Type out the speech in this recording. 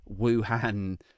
wuhan